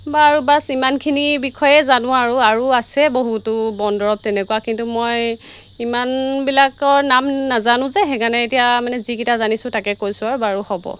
বা আৰু বাচ্ ইমানখিনিৰ বিষয়ে জানোঁ আৰু আৰু আছে বহুতো বন দৰৱ তেনেকুৱা কিন্তু মই ইমানবিলাকৰ নাম নাজানো যে সেইকাৰণে এতিয়া মানে যিকেইটা জানিছোঁ তাকে কৈছোঁ আৰু বাৰু হ'ব